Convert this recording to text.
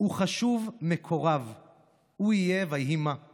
"הוא חשוב, מקורב / הוא יהיה ויהי מה /